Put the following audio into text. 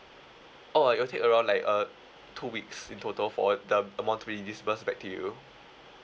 oh it'll take around like uh two weeks in total for the amount to be reimbursed back to you